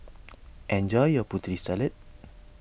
enjoy your Putri Salad